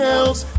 else